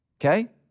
okay